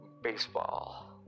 baseball